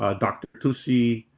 ah dr. tusi